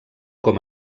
com